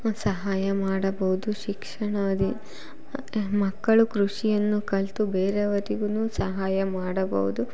ಸಹಾಯ ಮಾಡಬೌದು ಶಿಕ್ಷಣಾದಿ ಮಕ್ಕಳು ಕೃಷಿಯನ್ನು ಕಲಿತು ಬೇರೆಯವರಿಗು ಸಹಾಯ ಮಾಡಬೌದು